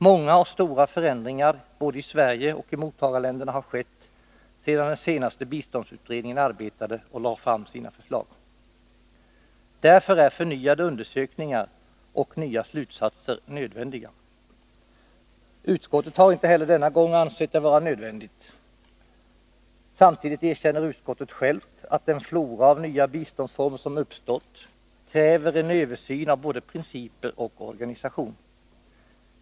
Många” och stora förändringar både i Sverige och i mottagarländerna har skett sedan den senaste biståndsutredningen arbetade och lade fram sina förslag. Därför är förnyade undersökningar och nya slutsatser nödvändiga. Utskottet har inte heller denna gång ansett detta vara nödvändigt. Samtidigt erkänner utskottet självt att den flora av nya biståndsformer som har uppstått kräver en översyn av både principer och organisation.